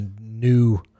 new